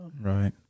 Right